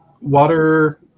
water